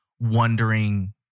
wondering